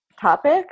topic